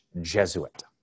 Jesuit